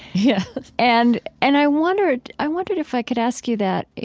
yeah and and i wondered i wondered if i could ask you that,